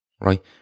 right